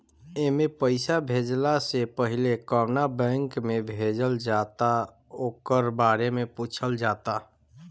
एमे पईसा भेजला से पहिले कवना बैंक में भेजल जाता ओकरा बारे में पूछल जाता